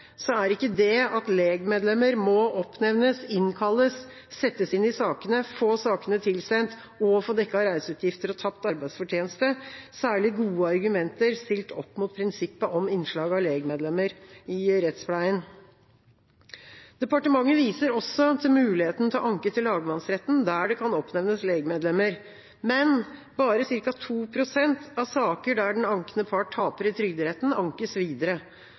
er ikke det at legmedlemmer må oppnevnes, innkalles, settes inn i sakene, få sakene tilsendt og få dekket reiseutgifter og tapt arbeidsfortjeneste, særlig gode argumenter, stilt opp mot prinsippet om innslag av legmedlemmer i rettspleien. Departementet viser også til muligheten til å anke til lagmannsretten, der det kan oppnevnes legmedlemmer, men bare ca. 2 pst. av saker der den ankende part taper i Trygderetten, ankes videre.